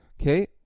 okay